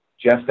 Jeff